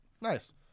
Nice